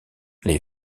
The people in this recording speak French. les